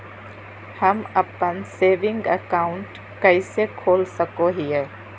हम अप्पन saving account कइसे खोल सको हियै?